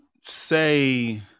say